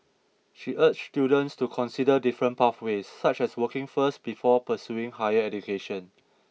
she urged students to consider different pathways such as working first before pursuing higher education